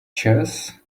chess